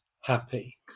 happy